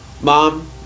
Mom